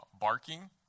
barking